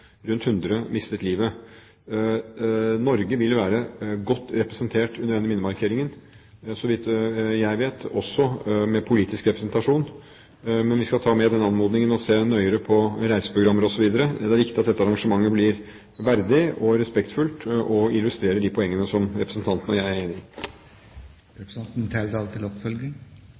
rundt 100 mistet livet. Norge vil være godt representert under denne minnemarkeringen og, så vidt jeg vet, også med politisk representasjon. Men vi skal ta med anmodningen og se nøyere på reiseprogrammer osv. Det er viktig at dette arrangementet blir verdig og respektfullt og illustrerer de poengene som representanten og jeg er enig